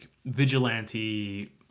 vigilante